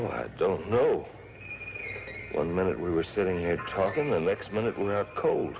but i don't know one minute we were sitting here talking the next minute cold